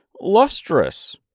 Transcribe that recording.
lustrous